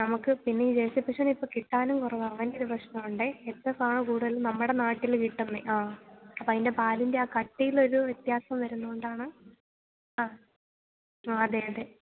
നമുക്ക് പിന്നെ ഈ ജേഴ്സി പശുവിനെ ഇപ്പോള് കിട്ടാനും കുറവാണ് അങ്ങനെയൊരു പ്രശ്നവുമുണ്ട് ഇപ്പോള് എച്ച് എഫ് ആണ് നമ്മുടെ നാട്ടിൽ കൂടുതലും കിട്ടുന്നത് അ അപ്പോള് അതിൻ്റെ ആ പാലിൻ്റെ കട്ടിയിലൊരു വ്യത്യാസം വരുന്നതുകൊണ്ടാണ് അ അതെ അതെ